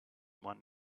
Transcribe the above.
one